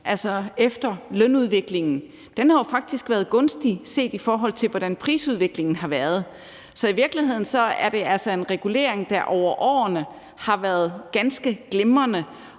altså efter lønudviklingen, faktisk har været gunstig, set i forhold til hvordan prisudviklingen har været. Så i virkeligheden er det altså en regulering, der over årene har været ganske glimrende